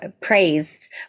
praised